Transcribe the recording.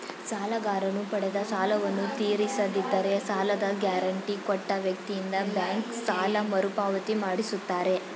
ಸಾಲಗಾರನು ಪಡೆದ ಸಾಲವನ್ನು ತೀರಿಸದಿದ್ದರೆ ಸಾಲದ ಗ್ಯಾರಂಟಿ ಕೊಟ್ಟ ವ್ಯಕ್ತಿಯಿಂದ ಬ್ಯಾಂಕ್ ಸಾಲ ಮರುಪಾವತಿ ಮಾಡಿಸುತ್ತಾರೆ